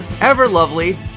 ever-lovely